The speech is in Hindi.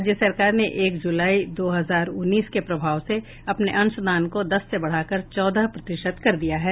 राज्य सरकार ने एक जुलाई दो हजार उन्नीस के प्रभाव से अपने अंशदान को दस से बढ़ा कर चौदह प्रतिशत कर दिया है